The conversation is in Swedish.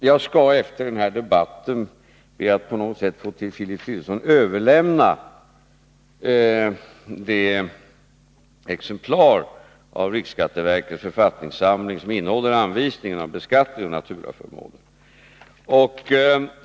Herr talman! Jag skall be att efter denna debatt till Filip Fridolfsson få överlämna det exemplar av riksskatteverkets författningssamling som innehåller anvisningarna om beskattning av naturaförmåner.